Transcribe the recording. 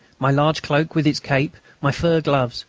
my large cloak with its cape, my fur gloves,